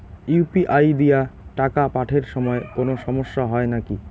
UPI দিয়া টাকা পাঠের সময় কোনো সমস্যা হয় নাকি?